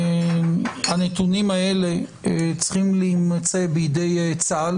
הנתונים האלה צריכים להימצא בידי צה"ל,